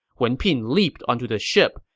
wen pin leaped onto the ship,